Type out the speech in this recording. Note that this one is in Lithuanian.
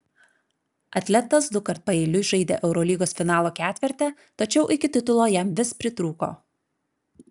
atletas dukart paeiliui žaidė eurolygos finalo ketverte tačiau iki titulo jam vis pritrūko